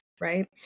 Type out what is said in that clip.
right